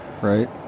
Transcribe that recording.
Right